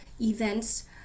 events